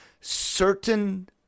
certain